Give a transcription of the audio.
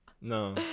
No